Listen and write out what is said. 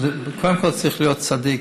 אבל קודם כול צריך להיות צדיק.